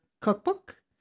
Cookbook